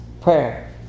prayer